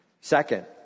second